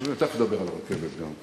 תיכף נדבר על הרכבת גם.